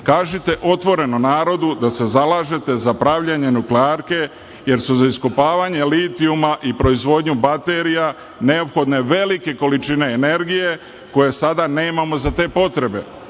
Kažite otvoreno narodu da se zalažete za pravljenje nuklearke, jer su za iskopavanje litijuma i proizvodnju baterija neophodne velike količine energije, koje sada nemamo za te potrebe.